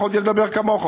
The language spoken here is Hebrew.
יכולתי לדבר כמוך,